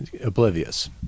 oblivious